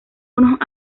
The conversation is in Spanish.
unos